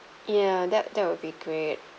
ya that that would be great